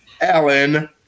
Alan